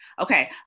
Okay